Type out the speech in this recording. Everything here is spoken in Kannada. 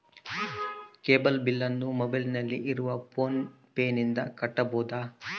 ಕೇಬಲ್ ಬಿಲ್ಲನ್ನು ಮೊಬೈಲಿನಲ್ಲಿ ಇರುವ ಫೋನ್ ಪೇನಿಂದ ಕಟ್ಟಬಹುದಾ?